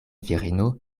virino